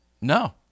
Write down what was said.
No